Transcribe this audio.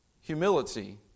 humility